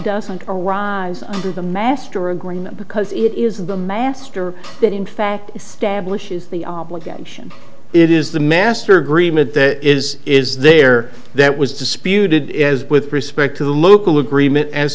doesn't arise under the master agreement because it is the master that in fact establishes the obligation it is the master agreement that is is there that was disputed with respect to local agreement as